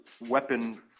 weapon